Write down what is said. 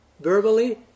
Verbally